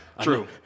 True